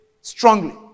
strongly